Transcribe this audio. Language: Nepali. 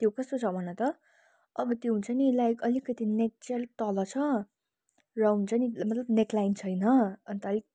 त्यो कस्तो छ भन त अब त्यो हुन्छ नि लाइक अलिकलि नेक चाहिँ अलिक तल छ राउन्ड छ नि मतलब नेकलाइन छैन अन्त अलिक